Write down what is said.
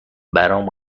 برام